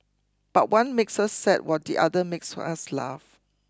but one makes us sad while the other one makes us laugh